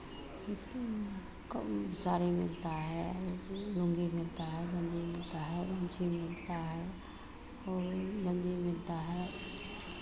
कम साड़ी मिलता है लुंगी मिलता है गंजी मिलता है गमछी मिलता है और गंजी मिलता है